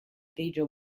grigio